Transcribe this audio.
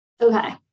okay